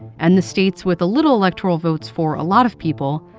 and the states with a little electoral votes, for a lot of people,